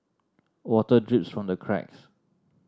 water drips from the cracks